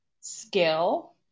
skill